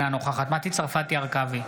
אינה נוכחת מטי צרפתי הרכבי,